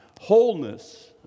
wholeness